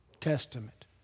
Testament